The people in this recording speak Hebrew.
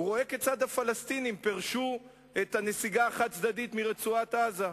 הוא רואה כיצד הפלסטינים פירשו את הנסיגה החד-צדדית מרצועת-עזה,